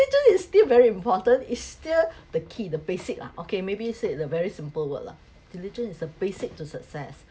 diligence is still very important is still the key the basic lah okay maybe said the very simple word lah diligence is the basic to success